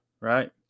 right